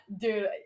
dude